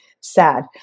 sad